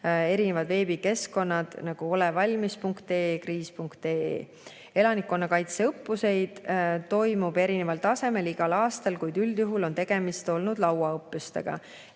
erinevad veebikeskkonnad, nagu olevalmis.ee, kriis.ee. Elanikkonnakaitse õppuseid toimub erineval tasemel igal aastal, kuid üldjuhul on tegemist olnud lauaõppustega.